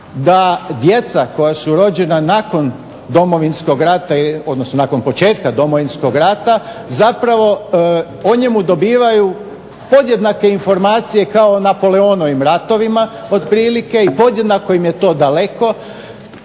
rata, odnosno nakon početka Domovinskog rata zapravo o njemu dobivaju podjednake informacije kao o Napoleonovim ratovima otprilike i podjednako im je to daleko.